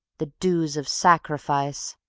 the dues of sacrifice